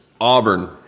Auburn